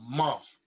month